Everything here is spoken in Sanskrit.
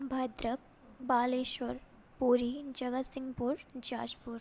भद्रकः बालेश्वरः पुरी जगत्सिङ्गपुरम् जाजपुरम्